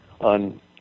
on